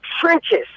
trenches